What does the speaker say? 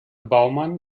baumann